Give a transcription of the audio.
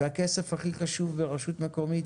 והכסף הכי חשוב ברשות המקומית